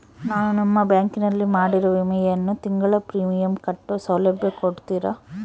ನಾನು ನಿಮ್ಮ ಬ್ಯಾಂಕಿನಲ್ಲಿ ಮಾಡಿರೋ ವಿಮೆಯಲ್ಲಿ ತಿಂಗಳ ಪ್ರೇಮಿಯಂ ಕಟ್ಟೋ ಸೌಲಭ್ಯ ಕೊಡ್ತೇರಾ?